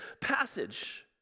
passage